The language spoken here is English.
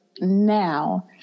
now